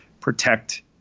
protect